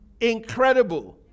Incredible